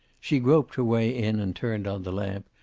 she groped her way in and turned on the lamp,